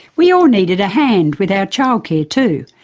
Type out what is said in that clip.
we all needed a hand with our childcare too.